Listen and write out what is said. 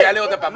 לא.